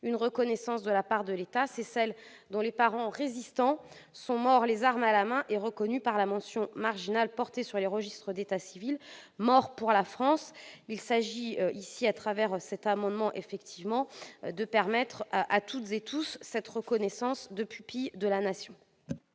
la reconnaissance de la part de l'État, celle dont les parents résistants sont morts les armes à la main et sont reconnus par la mention marginale portée sur les registres d'état civil « Mort pour la France ». Il s'agit, à travers cet amendement, de permettre à toutes et tous cette reconnaissance de pupille de la Nation.